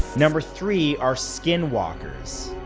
number three are skinwalkers.